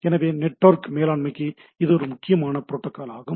எனவே இது நெட்வொர்க் மேலான்மைக்கு ஒரு முக்கியமான புரோட்டோக்கால் ஆகும்